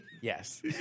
Yes